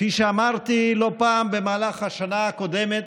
כפי שאמרתי לא פעם במהלך השנה הקודמת,